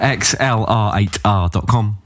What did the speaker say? xlr8r.com